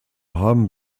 haben